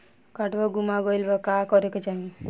काडवा गुमा गइला पर का करेके चाहीं?